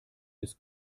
des